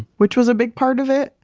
which was a big part of it.